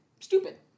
stupid